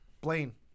Blaine